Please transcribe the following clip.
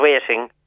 waiting